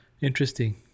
Interesting